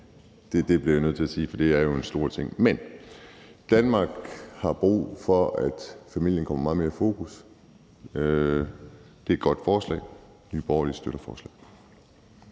Det bliver jeg nødt til at sige, for det er jo en stor ting. Danmark har brug for, at familien kommer meget mere i fokus. Det er et godt forslag. Nye Borgerlige støtter forslaget.